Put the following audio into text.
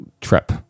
trip